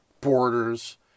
borders